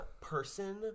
person